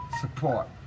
support